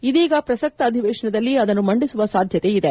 ಇದೀಗ ಪ್ರಸಕ್ತ ಅಧಿವೇಶನದಲ್ಲಿ ಅದನ್ನು ಮಂಡಿಸುವ ಸಾಧ್ಯತೆ ಇದೆ